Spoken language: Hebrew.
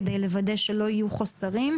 כדי לוודא שלא יהיו חוזרים,